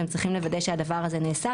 והם צריכים לוודא שהדבר הזה נעשה,